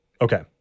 Okay